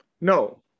No